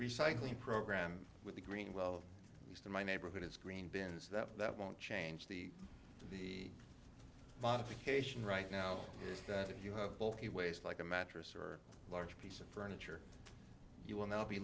recycling program with the green well used in my neighborhood is green bins that that won't change the the modification right now is that if you have bulky waste like a mattress or a large piece of furniture you will now be